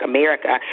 America